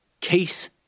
case